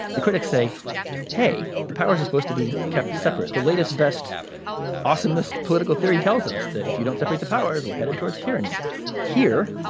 the critics say hey the powers are supposed to be kept separate. the latest best awesomest political theory tells us that if you don't separate the powers we're headed towards tyranny here.